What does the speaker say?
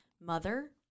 Mother